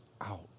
out